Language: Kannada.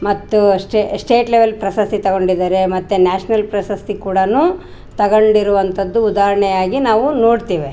ಮತ್ತು ಸ್ಟೇಟ್ ಲೆವೆಲ್ ಪ್ರಸಸ್ತಿ ತಗೊಂಡಿದ್ದಾರೆ ಮತ್ತು ನ್ಯಾಷನಲ್ ಪ್ರಶಸ್ತಿ ಕೂಡನು ತಗೊಂಡಿರುವಂಥದ್ದು ಉದಾಹರಣೆಯಾಗಿ ನಾವು ನೋಡ್ತೀವಿ